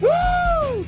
Woo